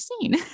seen